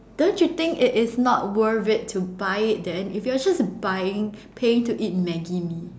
don't you think it is not worth it to buy it then if you're just buying paying to eat Maggi-Mee